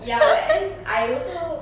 ya but then I also